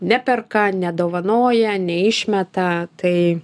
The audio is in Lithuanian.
neperka nedovanoja neišmeta tai